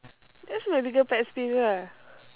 that's my biggest pet peeve ah